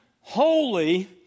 holy